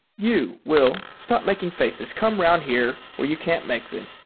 you, will, stop making faces. come round here where you can't make them.